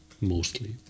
mostly